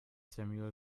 samuel